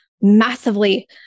massively